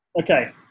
Okay